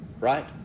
right